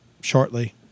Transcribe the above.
shortly